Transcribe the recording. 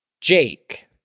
Jake